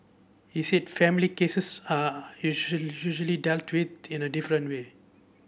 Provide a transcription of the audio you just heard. he said family cases are usual usually dealt with in a different way